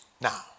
Now